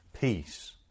peace